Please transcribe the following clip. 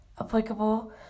applicable